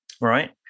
Right